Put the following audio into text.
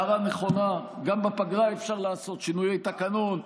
הערה נכונה, גם בפגרה אפשר לעשות שינויי תקנון.